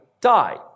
die